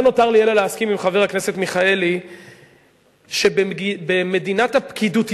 לא נותר לי אלא להסכים עם חבר הכנסת מיכאלי שבמדינת ה"פקידותיסטן"